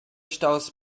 staus